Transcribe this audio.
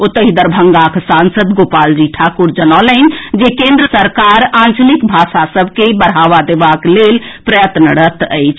ओतहि दरभंगाक सांसद गोपाल जी ठाकुर जनौलनि जे केन्द्र सरकार आंचलिक भाषा सभ के बढ़ावा देबाक लेल प्रयत्नरत अछि